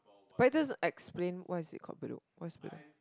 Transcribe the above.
but it doesn't explain why is it called Bedok what is Bedok